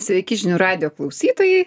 sveiki žinių radijo klausytojai